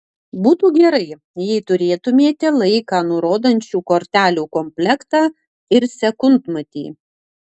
būtų gerai jei turėtumėte laiką nurodančių kortelių komplektą ir sekundmatį